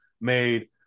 made